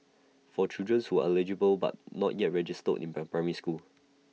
for children's who are eligible but not yet registered in per primary school